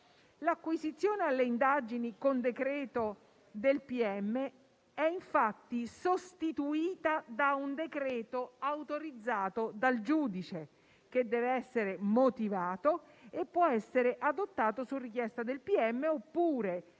L'acquisizione alle indagini con decreto del pubblico ministero è infatti sostituita da un decreto autorizzato dal giudice che deve essere motivato e può essere adottato su richiesta del pm oppure